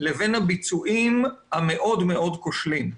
לבין הביצועים המאוד מאוד כושלים.